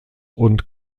und